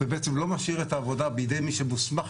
ובעצם לא משאיר את העבודה בידי מי שמוסמך